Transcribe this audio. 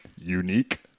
Unique